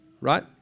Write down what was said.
right